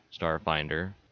Starfinder